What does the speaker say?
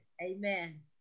Amen